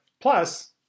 plus